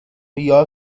یاد